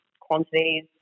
quantities